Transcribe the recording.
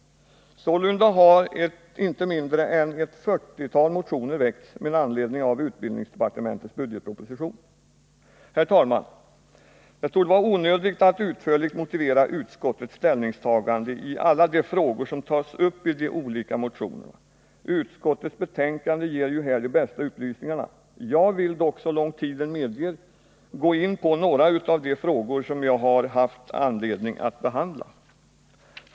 Sålunda har inte mindre än ett fyrtiotal motioner väckts med anledning av utbildningsdepartementets budgetproposition. Herr talman! Det torde vara onödigt att utförligt motivera utskottets ställningstagande i alla de frågor som tas upp i de olika motionerna. Utskottets betänkande ger ju här de bästa upplysningarna. Jag vill dock så långt tiden medger gå in på några av de frågor som vi har haft anledning att Nr 102 behandla.